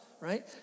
right